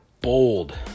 bold